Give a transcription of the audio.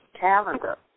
calendar